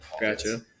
Gotcha